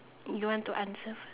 you want to answer first